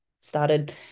started